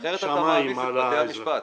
אחרת אתה מעמיס על בתי המשפט.